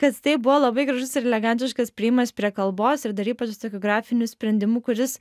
kad tai buvo labai gražus ir elegantiškas priėjimas prie kalbos ir dar ypač su tokiu grafiniu sprendimu kuris